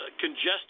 congested